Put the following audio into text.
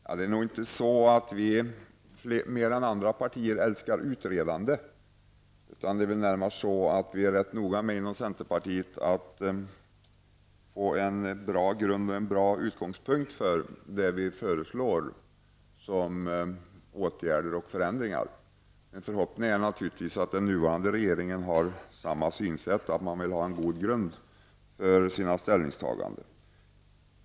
Herr talman! Det är nog inte så att vi mer än andra partier älskar utredande. Det är väl närmast så att vi är rätt noga med inom centerpartiet att få en bra grund och en bra utgångspunkt för de åtgärder och förändringar som vi föreslår. Min förhoppning är naturligtvis att den nuvarande regeringen har samma synsätt, att man vill ha en god grund för sina ställningstaganden.